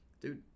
dude